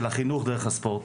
של חינוך דרך הספורט,